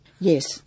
Yes